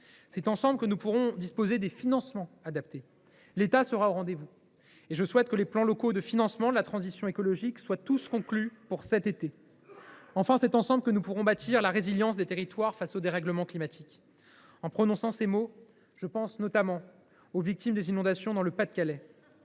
C’est ensemble aussi que nous pourrons disposer des financements adéquats. L’État sera au rendez vous. À cet égard, je souhaite que les plans locaux de financement de la transition écologique soient tous conclus d’ici à cet été. Enfin, c’est ensemble que nous pourrons bâtir la résilience des territoires face au dérèglement climatique. En prononçant ces mots, je pense notamment aux victimes des inondations dans le Pas de Calais.